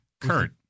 Kurt